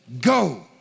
go